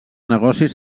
negocis